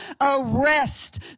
arrest